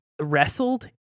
wrestled